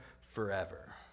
forever